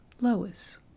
Lois